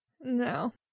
No